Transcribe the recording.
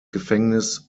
gefängnis